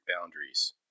boundaries